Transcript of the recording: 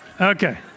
Okay